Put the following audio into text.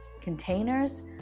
containers